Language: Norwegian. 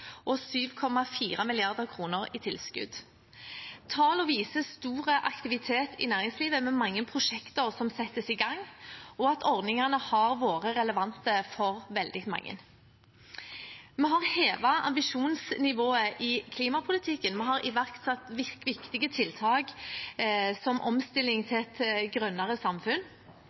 og 7,4 mrd. kr i tilskudd. Tallene viser stor aktivitet i næringslivet med mange prosjekter som settes i gang, og at ordningene har vært relevante for veldig mange. Vi har hevet ambisjonsnivået i klimapolitikken, vi har iverksatt viktige tiltak som omstilling til et grønnere samfunn.